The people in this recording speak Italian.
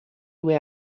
due